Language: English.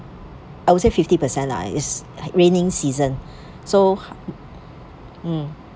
I would say fifty percent lah is rainy season so mm